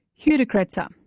hugh de kretser.